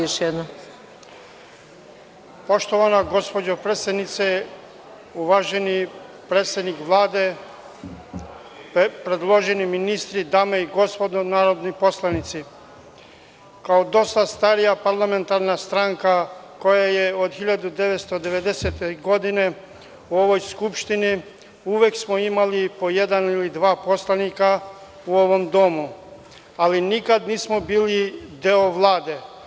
Poštovana gospođo predsednice, uvaženi predsedniče Vlade, predloži ministri, dame i gospodo narodni poslanici, kao dosta starija parlamentarna stranka, koja je od 1990. godine u ovoj Skupštini, uvek smo imali po jednog ili dva poslanika u ovom domu, ali nikad nismo bili deo Vlade.